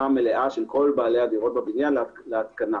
מלאה של כל בעלי הדירות בבניין להתקנה.